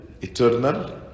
eternal